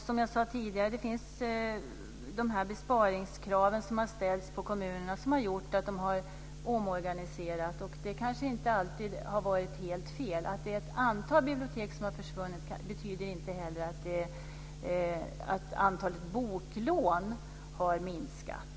Som jag sade tidigare har de besparingskrav som ställts på kommunerna gjort att de har omorganiserat. Det har kanske inte alltid varit helt fel. Att ett antal bibliotek har försvunnit betyder heller inte att antalet boklån har minskat.